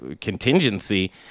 contingency